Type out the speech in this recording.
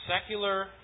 Secular